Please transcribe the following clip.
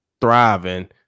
thriving